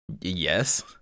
yes